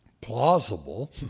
plausible